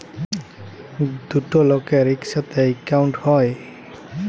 দুটা লকের ইকসাথে একাউল্ট হ্যয়